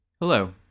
Hello